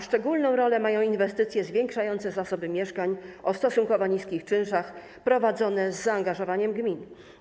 Szczególną rolę mają inwestycje zwiększające zasoby mieszkań o stosunkowo niskich czynszach prowadzone z zaangażowaniem gmin.